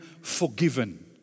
forgiven